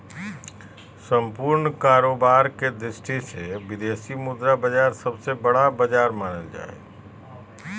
सम्पूर्ण कारोबार के दृष्टि से विदेशी मुद्रा बाजार सबसे बड़ा बाजार मानल जा हय